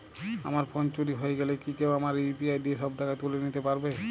আমার ফোন চুরি হয়ে গেলে কি কেউ আমার ইউ.পি.আই দিয়ে সব টাকা তুলে নিতে পারবে?